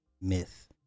myth